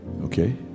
Okay